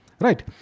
Right